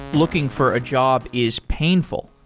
looking for a job is painful,